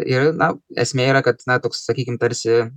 ir na esmė yra kad na toks sakykim tarsi